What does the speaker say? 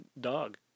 dog